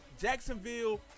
Jacksonville